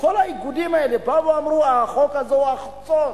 כל האיגודים האלה באו ואמרו שהחוק הזה הוא אסון.